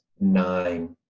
nine